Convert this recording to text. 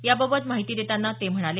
याबाबत माहिती देताना ते म्हणाले